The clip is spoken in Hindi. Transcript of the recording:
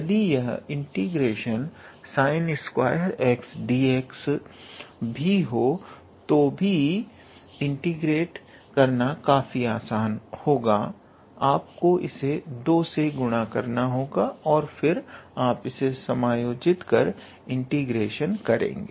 यदि यह ∫𝑠𝑖𝑛2𝑥𝑑𝑥 भी हो तो भी इंटीग्रेट करना काफी आसान होगा आपको इसे 2 से गुणा करना होगा और फिर आप इसे समायोजित कर इंटीग्रेशन करेंगे